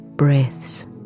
Breaths